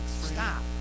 Stop